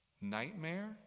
nightmare